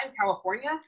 California